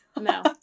No